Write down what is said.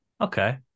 Okay